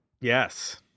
Yes